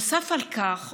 נוסף על כך,